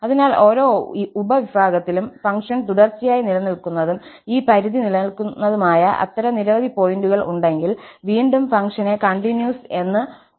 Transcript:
അതിനാൽ ഓരോ ഉപവിഭാഗത്തിലും ഓപ്പൺ സബ്ഇന്റർവൽ ഫംഗ്ഷൻ തുടർച്ചയായി നിലനിൽക്കുന്നതും ഈ പരിധി നിലനിൽക്കുന്നതുമായ അത്തരം നിരവധി പോയിന്റുകൾ ഉണ്ടെങ്കിൽ വീണ്ടും ഫംഗ്ഷനെ കണ്ടിന്യൂസ് എന്ന് വിളിക്കുന്നു